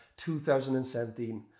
2017